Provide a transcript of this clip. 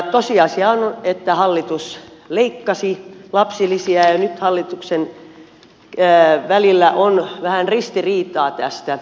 tosiasia on että hallitus leikkasi lapsilisiä ja nyt hallituksessa on vähän ristiriitaa tästä